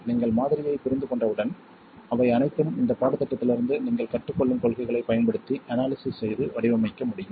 நீங்கள் மாதிரியைப் புரிந்துகொண்டவுடன் அவை அனைத்தும் இந்த பாடத்திட்டத்திலிருந்து நீங்கள் கற்றுக் கொள்ளும் கொள்கைகளைப் பயன்படுத்தி அனாலிசிஸ் செய்து வடிவமைக்க முடியும்